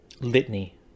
litany